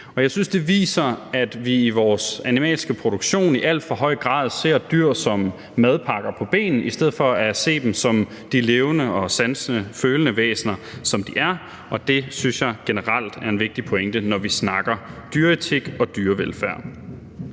det viser, at vi i vores animalske produktion i alt for høj grad ser dyr som madpakker på ben i stedet for at se dem som de levende og sansende og følende væsener, som de er, og det synes jeg generelt er en vigtig pointe, når vi snakker dyreetik og dyrevelfærd.